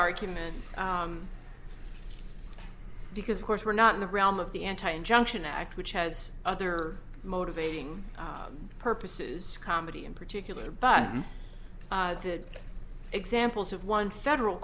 argument because of course we're not in the realm of the anti injunction act which has other motivating purposes comedy in particular but the examples of one federal